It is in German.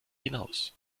hinaus